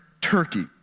Turkey